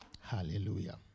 Hallelujah